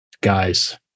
guys